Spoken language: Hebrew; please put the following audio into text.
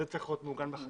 זה צריך להיות מעוגן בחקיקה.